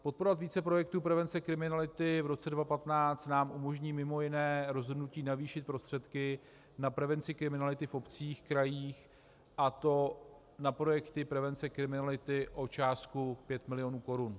Podporovat více projektů prevence kriminality v roce 2015 nám umožní mj. rozhodnutí navýšit prostředky na prevenci kriminality v obcích, krajích, a to na projekty prevence kriminality o částku 5 mil. korun.